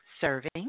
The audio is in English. serving